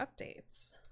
updates